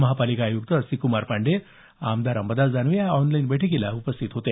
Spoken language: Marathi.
महानगरपालिका आयुक्त अस्तिककुमार पांडे आमदार अंबादास दानवे या ऑनलाईन बैठकीला उपस्थित होते